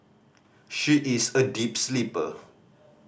she is a deep sleeper